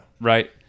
Right